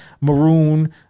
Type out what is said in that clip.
Maroon